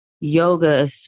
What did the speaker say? yoga